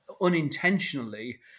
unintentionally